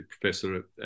professor